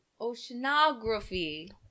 Oceanography